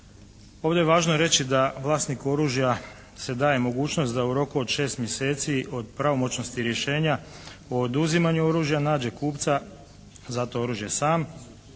Ovdje je važno reći da vlasniku oružja se daje mogućnost da u roku od 6 mjeseci od pravomoćnosti rješenja o oduzimanju oružja nađe kupca za to oružje sam.